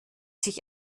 sich